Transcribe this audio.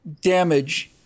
damage